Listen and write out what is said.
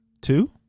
two